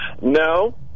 No